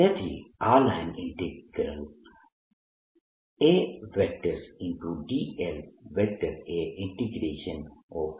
તેથી આ line integral A